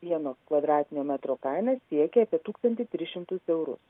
vieno kvadratinio metro kaina siekia apie tūkstantį tris šimtus eurų